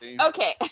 okay